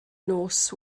nos